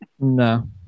No